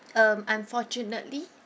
um unfortunately